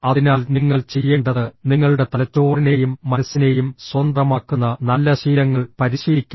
അതിനാൽ നിങ്ങൾ ചെയ്യേണ്ടത് നിങ്ങളുടെ തലച്ചോറിനെയും മനസ്സിനെയും സ്വതന്ത്രമാക്കുന്ന നല്ല ശീലങ്ങൾ പരിശീലിക്കണം